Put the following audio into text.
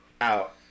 Out